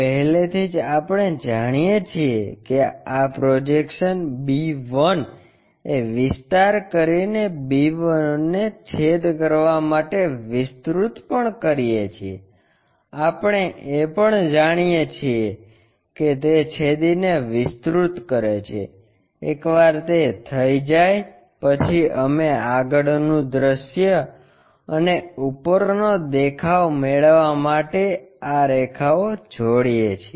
પહેલેથી જ આપણે જાણીએ છીએ કે આ પ્રોજેક્શન b 1 એ વિસ્તાર કરીને b1 ને છેદ કરવા માટે વિસ્તૃત પણ કરીએ છીએ આપણે એ પણ જાણીએ છીએ કે તે છેદીને વિસ્તૃત કરે છે એકવાર તે થઈ જાય પછી અમે આગળનું દૃશ્ય અને ઉપરનો દેખાવ મેળવવા માટે આ રેખાઓ જોડીએ છીએ